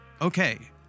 okay